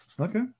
Okay